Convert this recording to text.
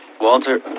Walter